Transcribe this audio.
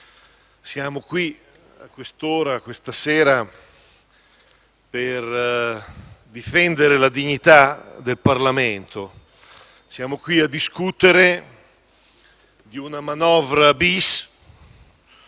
siamo qui questa sera, a quest'ora, per difendere la dignità del Parlamento. Siamo qui a discutere di una manovra *bis*,